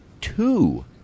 two